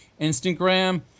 Instagram